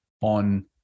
on